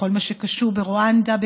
בכל מה שקשור ברואנדה,